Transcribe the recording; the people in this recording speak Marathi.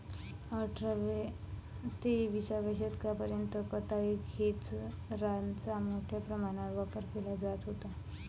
अठराव्या ते विसाव्या शतकापर्यंत कताई खेचराचा मोठ्या प्रमाणावर वापर केला जात होता